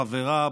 החברה,